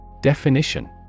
Definition